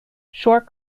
short